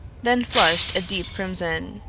then flushed a deep crimson.